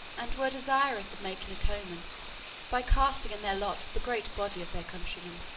and were desirous of making atonement by casting in their lot with the great body of their countrymen.